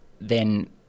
then-